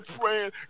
praying